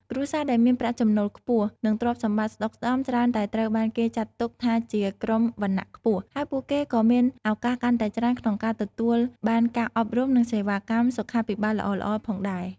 គ្រួសារដែលមានប្រាក់ចំណូលខ្ពស់ និងទ្រព្យសម្បត្តិស្តុកស្តម្ភច្រើនតែត្រូវបានគេចាត់ទុកថាជាក្រុមវណ្ណៈខ្ពស់ ហើយពួកគេក៏មានឱកាសកាន់តែច្រើនក្នុងការទទួលបានការអប់រំនិងសេវាកម្មសុខាភិបាលល្អៗផងដែរ។